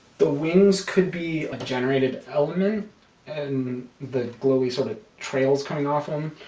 the wings could be a generated element and the glowy sort of trails coming off them,